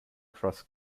cross